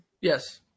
Yes